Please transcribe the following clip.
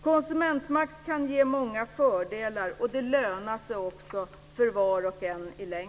Konsumentmakt kan ge många fördelar, och den lönar sig i längden också för var och en.